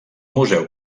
museu